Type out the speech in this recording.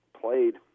played